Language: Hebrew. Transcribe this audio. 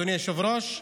אדוני היושב-ראש,